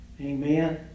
amen